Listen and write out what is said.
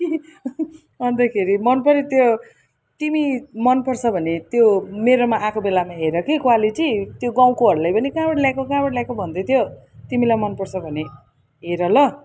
अन्तखेरि मन पऱ्यो त्यो तिमी मनपर्छ भने त्यो मेरोमा आएको बेलामा हेर कि क्वालिटी त्यो गाउँकोहरूले पनि कहाँबाट ल्याएको कहाँबाट ल्याएको भन्दैथ्यो तिमीलाई मनपर्छ भने हेर ल